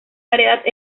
variedad